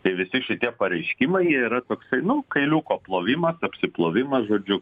tai visi šitie pareiškimai jie yra toksai nu kailiuko plovimas apsiplovimas žodžiu